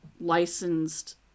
licensed